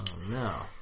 no